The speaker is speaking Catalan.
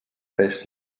fes